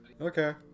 Okay